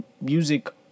music